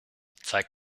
zeig